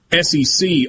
SEC